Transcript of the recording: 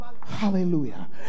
hallelujah